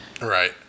Right